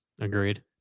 Agreed